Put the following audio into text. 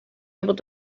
able